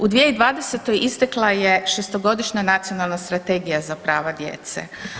U 2020. istekla je 6-to godišnja nacionalna strategija za prava djece.